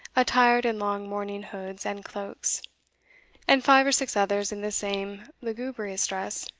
attired in long mourning hoods and cloaks and five or six others in the same lugubrious dress,